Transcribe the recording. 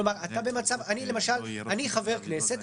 כלומר אני חבר כנסת,